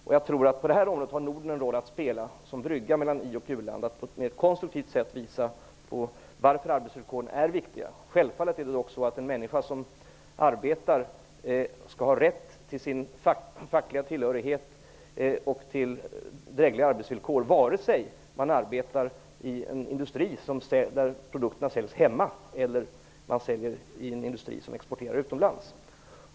På det här området tror jag att Norden har en roll att spela, nämligen som brygga mellan i-land och uland. Vi kan på ett konstruktivt sätt visa varför arbetsvillkoren är viktiga. Men självfallet skall en människa som arbetar ha rätt till sin fackliga tillhörighet och till drägliga arbetsvillkor, vare sig man arbetar i en industri vars produkter säljs hemma eller man arbetar i en industri som exporterar utomlands.